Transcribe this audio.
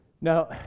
now